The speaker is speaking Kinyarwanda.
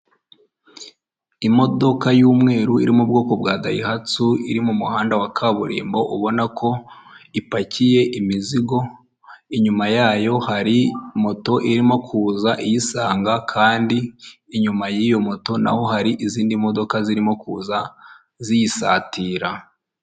Imodoka y'umweru iri mu bwoko bwa dayihatsu iri mu muhanda wa kaburimbo ubona ko ipakiye imizigo, inyuma yayo hari moto irimo kuza iyisanga kandi inyuma y'iyo moto naho hari izindi modoka zirimo kuza ziyisatira.